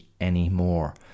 anymore